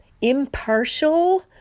impartial